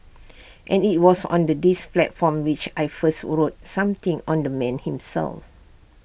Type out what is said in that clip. and IT was on the this platform which I first wrote something on the man himself